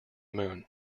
moon